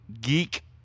Geek